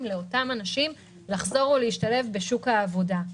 לאותם אנשים לחזור ולהשתלב בשוק העבודה.